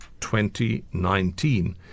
2019